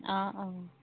অঁ অঁ